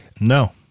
no